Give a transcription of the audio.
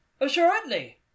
assuredly